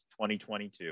2022